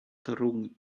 through